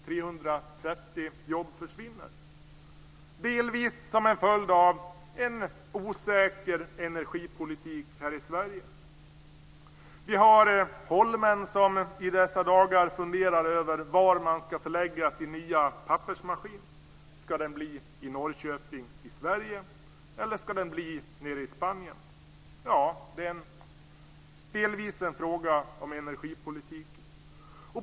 330 jobb försvinner delvis som en följd av en osäker energipolitik här i Sverige. Vi har Holmen som i dessa dagar funderar över var man ska placera sin nya pappersmaskin. Ska det bli i Norrköping i Sverige eller ska det bli nere i Spanien? Det är delvis en fråga om energipolitik.